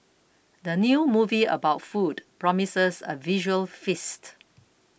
the new movie about food promises a visual feast